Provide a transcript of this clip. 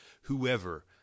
whoever